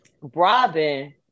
Robin